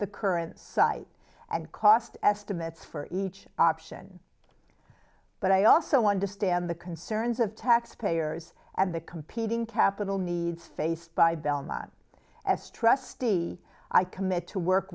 the current site and cost estimates for each option but i also understand the concerns of taxpayers and the competing capital needs faced by belmont as trustee i commit to work